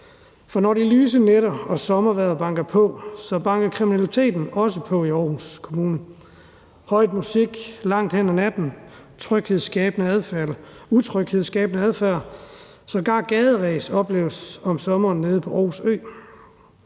For når de lyse nætter og sommervejret banker på, banker kriminaliteten også på i Aarhus Kommune; høj musik langt ud på natten, utryghedsskabende adfærd, sågar gaderæs opleves om sommeren nede på Aarhus Ø,